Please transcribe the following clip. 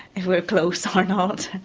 if we're close or not!